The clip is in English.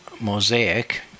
mosaic